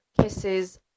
kisses